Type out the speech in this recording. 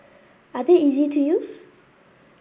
are they easy to use